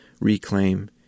Reclaim